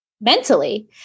mentally